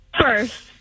First